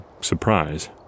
surprise